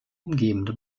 umgebende